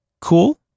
cool